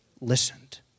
listened